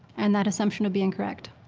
and that assumption would be incorrect.